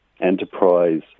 enterprise